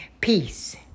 Peace